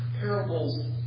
Parables